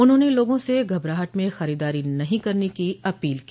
उन्होंने लोगों से घबराहट में खरीदारी नहीं करने की अपील की